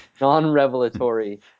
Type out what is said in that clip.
non-revelatory